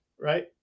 right